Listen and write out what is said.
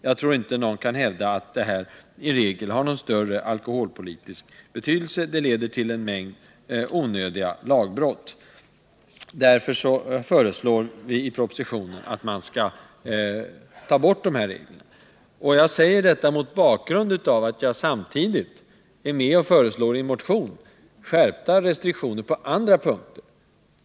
Jag tror inte man kan hävda att det i regel har någon större alkoholpolitisk betydelse, men det leder till en mängd onödiga lagbrott. Därför föreslår vi i propositionen att man skall ta bort de här reglerna. Jag säger detta mot bakgrund av att jag samtidigt är med om att i en motion föreslå skärpta restriktioner på andra punkter.